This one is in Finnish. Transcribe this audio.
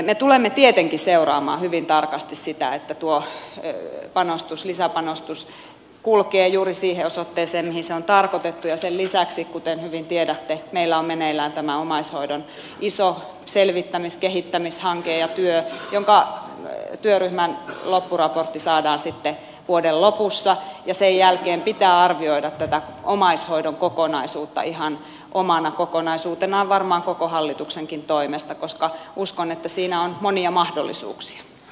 me tulemme tietenkin seuraamaan hyvin tarkasti sitä että tuo lisäpanostus kulkee juuri siihen osoitteeseen mihin se on tarkoitettu ja sen lisäksi kuten hyvin tiedätte meillä on meneillään tämä omaishoidon iso selvittämis kehittämishanke ja työ jonka työryhmän loppuraportti saadaan vuoden lopussa ja sen jälkeen pitää arvioida tätä omaishoidon kokonaisuutta ihan omana kokonaisuutenaan varmaan koko hallituksenkin toimesta koska uskon että siinä on monia mahdollisuuksia